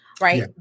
right